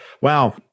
wow